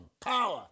Power